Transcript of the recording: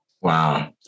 Wow